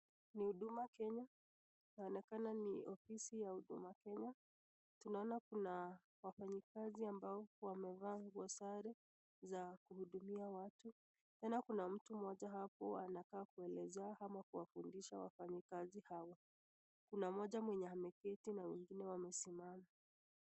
Ni huduma Kenya. Inaonekana ni ofisi ya huduma Kenya. Tunaona kuna wafanyikazi ambao wamevaa nguo sare za kuhudumia watu. Tena kuna mtu mmoja hapo anakaa kueleza ama kuwafundisha wafanyikazi hawa. Kuna mmoja mwenye ameketi na wengine wamesimama.